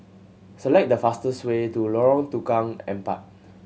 select the fastest way to Lorong Tukang Empat